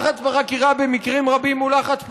לחץ בחקירה במקרים רבים הוא לחץ פסול.